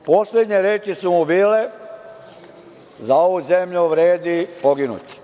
Poslednje reči su mu bile: „Za ovu zemlju vredi poginuti“